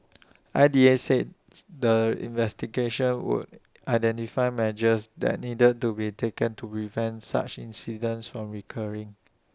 I D A said the investigations would identify measures that need to be taken to prevent such incidents from recurring